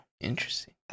interesting